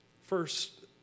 First